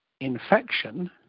infection